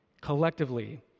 collectively